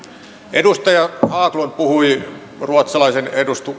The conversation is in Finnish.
edustaja haglund puhui ruotsalaisen